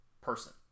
person